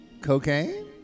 Cocaine